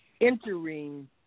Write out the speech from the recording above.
Entering